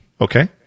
Okay